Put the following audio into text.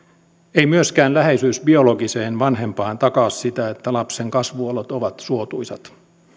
ei myöskään läheisyys biologiseen vanhempaan takaa sitä että lapsen kasvuolot ovat suotuisat